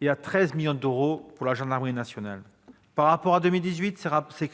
et à 13 millions d'euros dans la gendarmerie nationale. Par rapport à 2018,